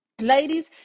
Ladies